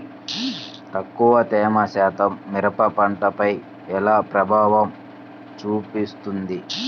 తక్కువ తేమ శాతం మిరప పంటపై ఎలా ప్రభావం చూపిస్తుంది?